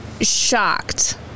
shocked